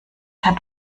hat